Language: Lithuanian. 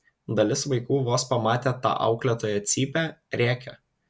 dalis vaikų vos pamatę tą auklėtoją cypia rėkia